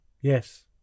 yes